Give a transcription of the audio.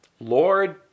Lord